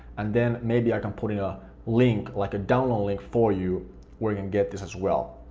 and then maybe i can put in a link, like a download link for you where you can get this as well.